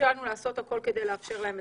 תפקידנו לעשות הכול כדי לאפשר זאת.